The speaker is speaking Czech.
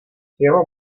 jeho